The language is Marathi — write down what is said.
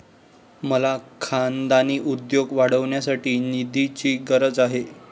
मला खानदानी उद्योग वाढवण्यासाठी निधीची गरज आहे